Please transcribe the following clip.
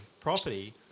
property